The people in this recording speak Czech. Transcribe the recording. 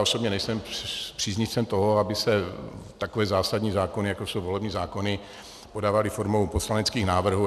Osobně nejsem příznivcem toho, aby se takové zásadní zákony, jako jsou volební zákony, podávaly formou poslaneckých návrhů.